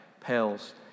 pales